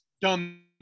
done